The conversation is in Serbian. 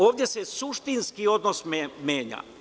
Ovde se suštinski odnos menja.